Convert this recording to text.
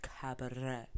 Cabaret